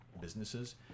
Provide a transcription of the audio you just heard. businesses